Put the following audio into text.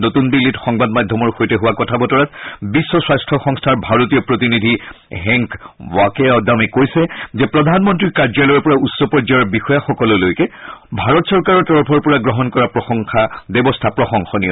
নতুন দিল্লীত সংবাদ মাধ্যমৰ সৈতে হোৱা কথা বতৰাত বিশ্ব স্বাস্থ্য সংস্থাৰ ভাৰতীয় প্ৰতিনিধি হেংক বাকেডামে কৈছে যে প্ৰধানমন্ত্ৰীৰ কাৰ্যালয়ৰ পৰা উচ্চ পৰ্য্যায়ৰ বিষয়া সকললৈকে ভাৰত চৰকাৰৰ তৰফৰ পৰা গ্ৰহণ কৰা ব্যৱস্থা প্ৰশংসনীয়